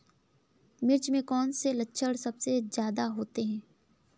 मिर्च में कौन से लक्षण सबसे ज्यादा होते हैं?